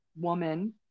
woman